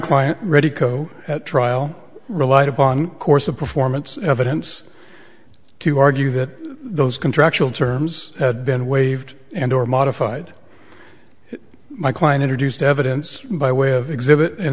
client ready to go at trial relied upon course of performance evidence to argue that those contractual terms had been waived and or modified my client introduced evidence by way of exhibit an